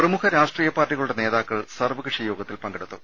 പ്രമുഖ രാഷ്ട്രീയ പാർട്ടികളുടെ നേതാക്കൾ സർവകക്ഷിയോഗത്തിൽ പങ്കെടുത്തു